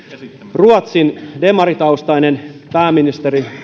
ruotsin demaritaustainen pääministeri